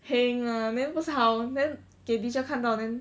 heng ah then 不是好给 teacher 看到 then